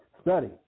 Study